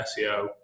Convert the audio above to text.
SEO